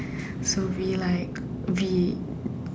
so we like okay